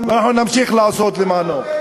ואנחנו נמשיך לעשות למענו.